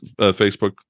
Facebook